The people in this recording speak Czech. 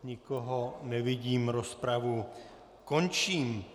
Nikoho nevidím, rozpravu končím.